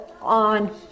on